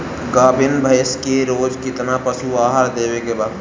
गाभीन भैंस के रोज कितना पशु आहार देवे के बा?